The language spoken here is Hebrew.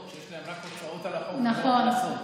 שיש להן רק הוצאות על החוף ולא הכנסות.